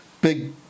big